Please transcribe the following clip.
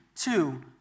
Two